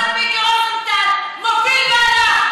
חבר הכנסת מיקי רוזנטל מוביל ועדה.